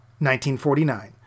1949